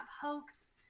hoax